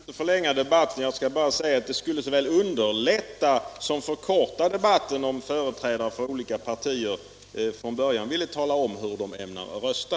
Herr talman! Jag skall inte förlänga debatten utan bara säga att det skulle såväl underlätta som förkorta debatten om företrädare för de olika partierna från början ville tala om hur de ämnar rösta.